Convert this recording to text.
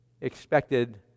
expected